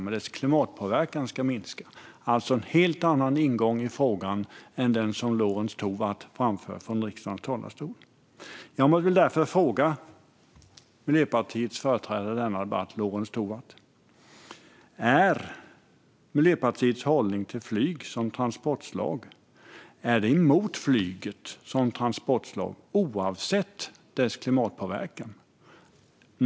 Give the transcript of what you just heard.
Det är dess klimatpåverkan som ska minska, alltså en helt annan ingång i frågan än den som Lorentz Tovatt framför från riksdagens talarstol. Jag vill därför fråga Lorentz Tovatt, Miljöpartiets företrädare i denna debatt: Är Miljöpartiet emot flyget som transportslag oavsett dess klimatpåverkan?